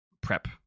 prep